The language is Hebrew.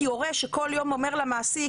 כי הורה שכל יום אומר למעסיק,